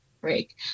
break